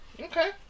Okay